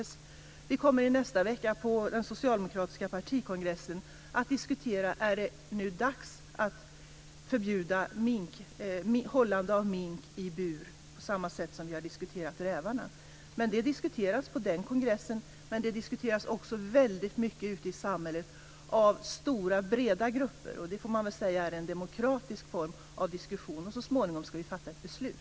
Nästa vecka kommer vi, på den socialdemokratiska partikongressen, att diskutera om det nu är dags att förbjuda hållande av mink i bur, på samma sätt som vi har diskuterat rävarna. Det diskuteras på den kongressen, men det diskuteras också mycket ute i samhället av breda grupper. Det får man väl säga är en demokratisk form av diskussion. Så småningom ska vi fatta ett beslut.